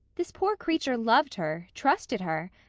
this poor creature loved her trusted her.